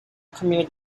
premiered